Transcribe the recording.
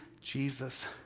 Jesus